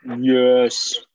Yes